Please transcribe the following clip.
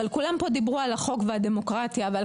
אבל כולם פה דיברו על החוק ועל הדמוקרטיה ועל